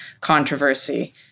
controversy